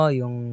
yung